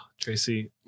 Tracy